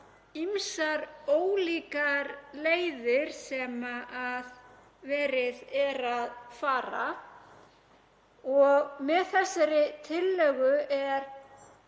ýmsar ólíkar leiðir sem verið er að fara. Með þessari tillögu er